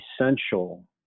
essential